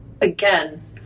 Again